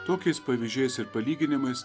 tokiais pavyzdžiais ir palyginimais